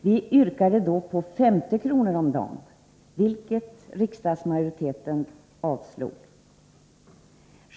Vi yrkade då på 50 kr. om dagen, vilket riksdagsmajoriten avslog.